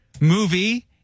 movie